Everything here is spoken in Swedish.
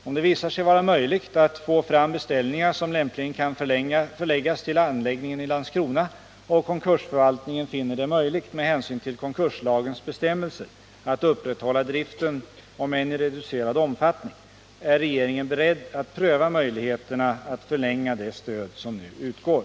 Om det visar sig vara möjligt att få fram beställningar, som lämpligen kan förläggas till anläggningen i Landskrona, och konkursförvaltningen finner det möjligt med hänsyn till konkurslagens bestämmelser att upprätthålla driften, om än i reducerad omfattning, är regeringen beredd att pröva möjligheterna att förlänga det stöd som nu utgår.